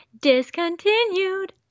Discontinued